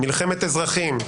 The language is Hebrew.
מלחמת אזרחים,